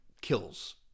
kills